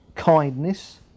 Kindness